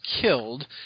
killed